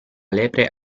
lepre